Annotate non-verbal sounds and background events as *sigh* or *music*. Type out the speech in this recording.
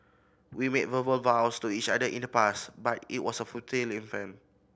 we made verbal vows to each other in the past but it was a futile *unintelligible*